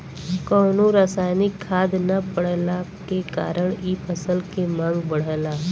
कवनो रासायनिक खाद ना पड़ला के कारण इ फसल के मांग बढ़ला